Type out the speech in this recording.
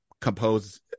compose